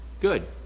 good